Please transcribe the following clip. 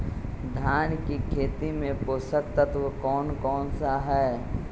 धान की खेती में पोषक तत्व कौन कौन सा है?